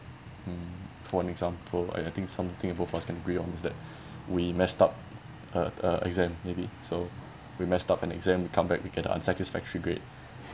um for an example I think something all off us can agree on is that we messed up uh uh exam maybe so we messed up an exam come back we get unsatisfactory grade